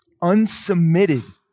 unsubmitted